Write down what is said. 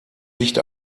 licht